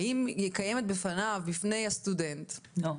האם קיימת לסטודנט אופציה -- לא.